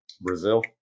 Brazil